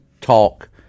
talk